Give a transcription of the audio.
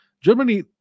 Germany